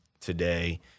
today